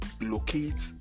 locate